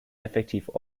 effektiv